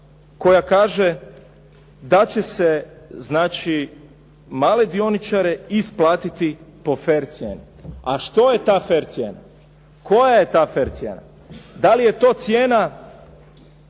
koja kaže da će se znači male dioničare isplatiti po fer cijeni. A što je ta fer cijena? Koja je to fer cijena? Da li je to cijena